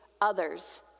others